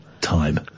time